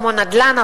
כמו נדל"ן,